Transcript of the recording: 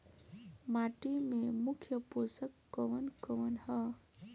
माटी में मुख्य पोषक कवन कवन ह?